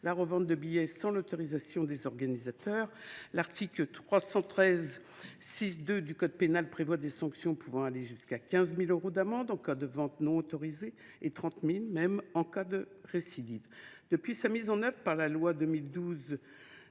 la revente de billets sans l’autorisation des organisateurs. L’article 313 6 2 du code pénal prévoit des sanctions pouvant aller jusqu’à 15 000 euros d’amende en cas de vente non autorisée, voire jusqu’à 30 000 euros en cas de récidive. Mise en œuvre par la loi n° 2012